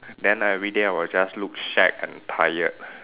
then everyday I will just look shag and tired